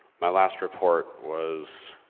my last report was.